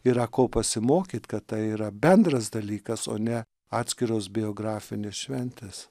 yra ko pasimokyt kad tai yra bendras dalykas o ne atskiros biografinės šventės